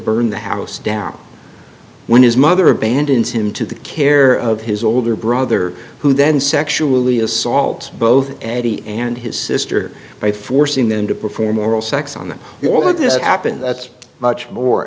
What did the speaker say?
burn the house down when his mother abandoned him to the care of his older brother who then sexually assaults both eddie and his sister by forcing them to perform oral sex on them all of this happened that's much more